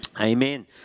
Amen